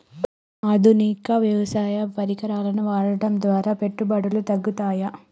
ఆధునిక వ్యవసాయ పరికరాలను వాడటం ద్వారా పెట్టుబడులు తగ్గుతయ?